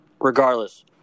Regardless